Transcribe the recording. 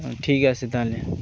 ঠিক আছে তাহলে